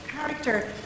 character